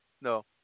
No